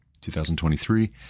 2023